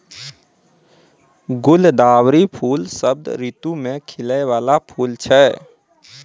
गुलदावरी फूल शरद ऋतु मे खिलै बाला फूल छै